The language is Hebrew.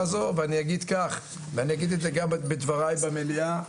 הזו ואני אגיד את זה גם בדבריי במליאה.